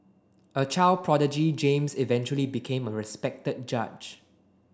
a child prodigy James eventually became a respected judge